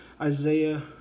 Isaiah